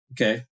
okay